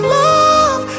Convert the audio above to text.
love